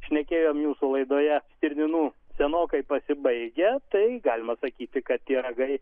šnekėjom jūsų laidoje stirninų senokai pasibaigę tai galima sakyti kad tie ragai